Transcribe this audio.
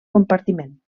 compartiment